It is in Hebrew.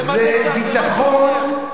וביטחון,